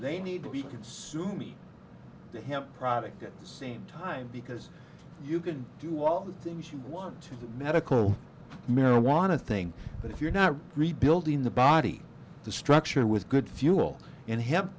they need to be consuming the help product at the same time because you can do all the things you want to the medical marijuana thing but if you're not rebuilding the body the structure with good fuel and hemp